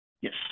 Yes